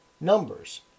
numbers